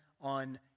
on